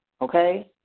okay